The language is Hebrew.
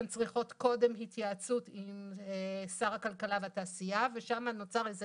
הן צריכות קודם התייעצות עם שר הכלכלה והתעשייה ושם נוצר איזה